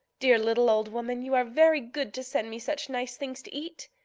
dear little old woman, you are very good to send me such nice things to eat.